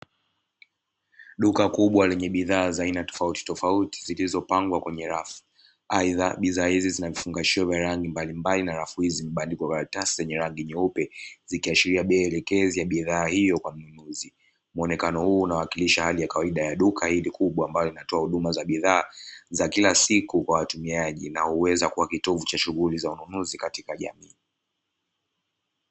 Duka kubwa lenye bidhaa za aina tofauti tofauti zilizopangwa kwenye rafu aidha bidhaa hizi zimefungwa kwa rangi mbalimbali na rafu ya mabadiliko ya bidhaa hiyo, kwa mwonekano huu unawakilisha hali ya kawaida ya duka hili kubwa ambayo inatoa huduma za bidhaa za kila siku kwa watumiaji nahuweza kuwa kitovu cha shughuli za ununuzi katika jamii.